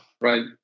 right